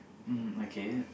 mmhmm okay